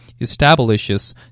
establishes